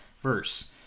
verse